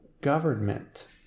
government